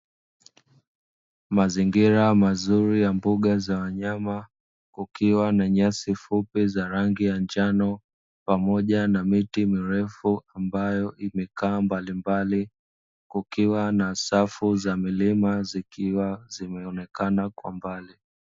Mazingira mazuri ya mbuga za wanyama, kukiwa na nyasi fupi za rangi ya njano pamoja na miti mrefu, ambayo imekaa mbali mbali kukiwa na safu za milima, zikiwa zimeonekana kwa mbali.